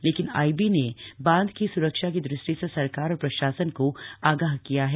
लेकिन आईबी ने बांध की स्रक्षा की दृष्टि से सरकार और प्रशासन को आगाह किया है